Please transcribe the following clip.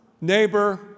neighbor